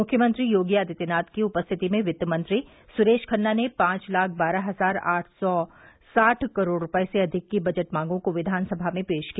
मुख्यमंत्री योगी आदित्यनाथ की उपस्थिति में वित्त मंत्री सुरेश खन्ना ने पांच लाख बारह हजार आठ सौ साठ करोड़ रूपये से अधिक की बजट मांगों को विधानसभा में पेश किया